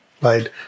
right